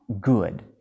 good